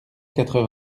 quatre